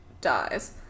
dies